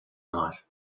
night